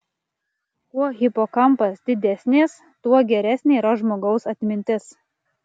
kuo hipokampas didesnės tuo geresnė yra žmogaus atmintis